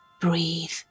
breathe